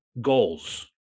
Goals